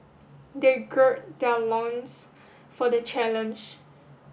they gird their loins for the challenge